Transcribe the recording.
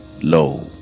low